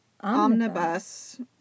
Omnibus